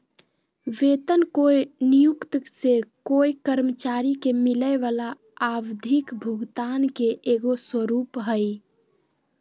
वेतन कोय नियोक्त से कोय कर्मचारी के मिलय वला आवधिक भुगतान के एगो स्वरूप हइ